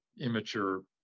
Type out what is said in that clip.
immature